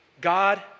God